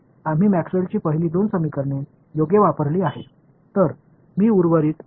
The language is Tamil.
எனவே மேக்ஸ்வெல்லின் முதல் இரண்டு சமன்பாடுகளை நாங்கள் பயன்படுத்துகிறோம் என்பதை நீங்கள் கவனிக்கிறீர்கள்